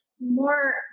more